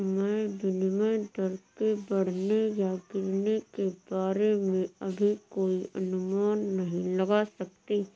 मैं विनिमय दर के बढ़ने या गिरने के बारे में अभी कोई अनुमान नहीं लगा सकती